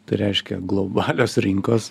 tai reiškia globalios rinkos